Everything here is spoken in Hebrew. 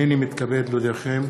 הנני מתכבד להודיעכם,